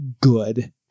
good